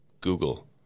Google